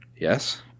Yes